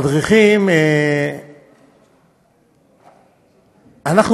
המדריכים, אנחנו